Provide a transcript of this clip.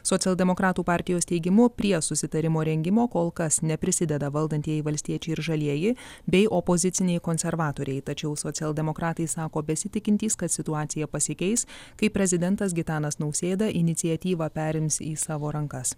socialdemokratų partijos teigimu prie susitarimo rengimo kol kas neprisideda valdantieji valstiečiai ir žalieji bei opoziciniai konservatoriai tačiau socialdemokratai sako besitikintys kad situacija pasikeis kai prezidentas gitanas nausėda iniciatyvą perims į savo rankas